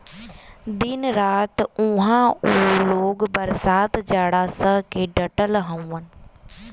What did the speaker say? दिन रात उहां उ लोग बरसात जाड़ा सह के डटल हउवन